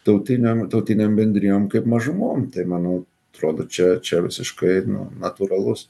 tautinėm tautinėm bendrijom kaip mažumom tai manau atrodo čia čia visiškai natūralus